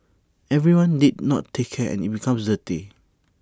everyone did not take care and IT becomes dirty